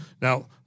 Now